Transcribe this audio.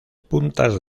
puntas